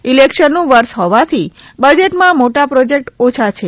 ઈલેક્શનનું વર્ષ હોવાથી બજેટમાં મોટા પ્રોજેક્ટ ઓછા છે